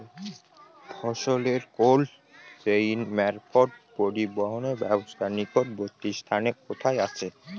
ফসলের cold chain মারফত পরিবহনের ব্যাবস্থা নিকটবর্তী স্থানে কোথায় আছে?